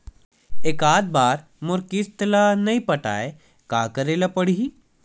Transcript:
एकात बार मोर किस्त ला नई पटाय का करे ला पड़ही?